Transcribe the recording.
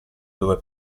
dove